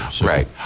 Right